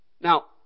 Now